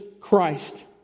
Christ